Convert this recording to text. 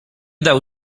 dał